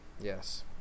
Yes